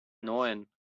neun